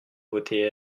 voter